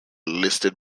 listed